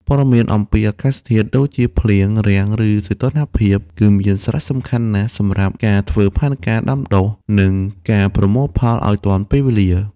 ព័ត៌មានអំពី អាកាសធាតុ ដូចជាភ្លៀង រាំង ឬសីតុណ្ហភាព គឺមានសារៈសំខាន់ណាស់សម្រាប់ការធ្វើផែនការដាំដុះ និងការប្រមូលផលឱ្យទាន់ពេលវេលា។